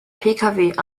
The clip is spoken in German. pkw